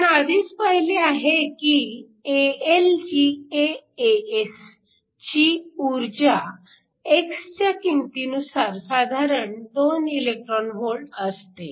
आपण आधीच पाहिले आहे की AlGaAs ची ऊर्जा x च्या किंमतीनुसार साधारण 2 eV असते